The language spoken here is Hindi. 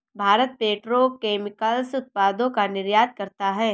भारत पेट्रो केमिकल्स उत्पादों का निर्यात करता है